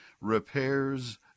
Repairs